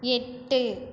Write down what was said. எட்டு